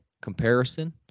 comparison